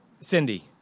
Cindy